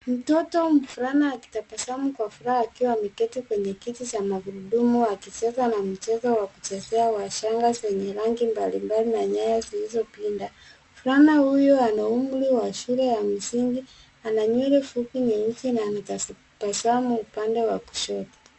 Mtoto mvulana akitabasamu kwa furaha, akiwa ameketi kwenye kiti cha magurudumu akicheza na mchezo wa kuchezea wa shanga zenye rangi mbalimbali na nyaya zilizopinda. Mvulana huyo ana umri wa shule ya msingi. Ana nywele fupi nyeusi na anatazama upande wa kushoto.